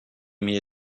mir